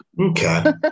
okay